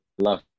love